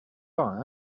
are